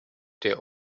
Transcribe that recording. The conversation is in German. der